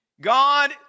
God